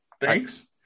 Thanks